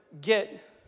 get